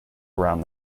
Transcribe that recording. around